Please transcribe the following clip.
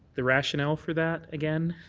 the rationale for that, again?